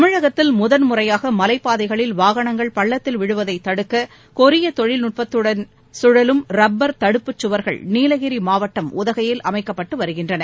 தமிழகத்தில் முதன்முறையாக மலைப்பாதைகளில் வாகனங்கள் பள்ளத்தில் விழுவதை தடுக்க கொரிய தொழில்நுட்பத்தின்படி கழலும் ரப்பர் தடுப்புச் கவர்கள் நீலகிரி மாவட்டம் உதகையில் அமைக்கப்பட்டு வருகின்றன